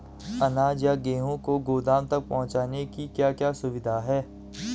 अनाज या गेहूँ को गोदाम तक पहुंचाने की क्या क्या सुविधा है?